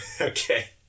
Okay